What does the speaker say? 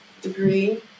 degree